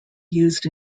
used